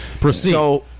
proceed